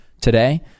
today